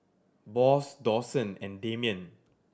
Boss Dawson and Damien